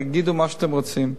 תגידו מה שאתם רוצים.